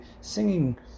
singing